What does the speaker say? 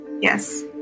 Yes